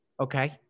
Okay